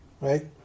right